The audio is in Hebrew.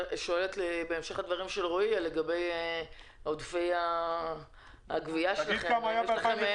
שואלת בהמשך לדברים של רועי כהן לגבי עודפי הגבייה שלכם.